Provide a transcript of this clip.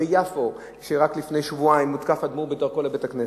ביפו רק לפני שבועיים הותקף אדמו"ר בדרכו לבית-הכנסת.